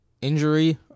injury